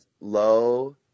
low